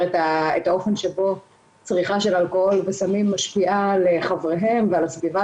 את האופן שבו צריכה של אלכוהול וסמים משפיעה על חבריהם ועל הסביבה